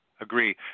Agree